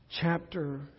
chapter